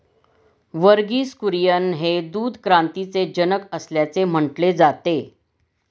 वर्गीस कुरियन हे दूध क्रांतीचे जनक असल्याचे म्हटले जाते